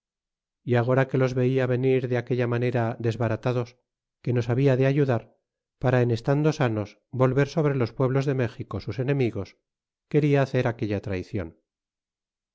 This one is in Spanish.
y agora que los veia venir de aquella manera desbaratados que nos habia de ayudar para en estando sanos volver sobre los pueblos de méxico sus enemigos quena hacer aquella traieion